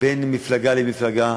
בין מפלגה למפלגה.